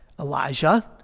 Elijah